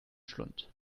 schlund